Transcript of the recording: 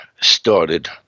started